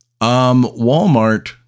Walmart